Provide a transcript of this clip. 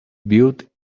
built